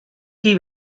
qui